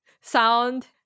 sound